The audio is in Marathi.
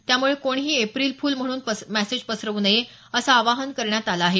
त्यामुळे कोणीही एप्रिल फूल म्हणून पसरव् नये असं आवाहन करण्यात आलं आहे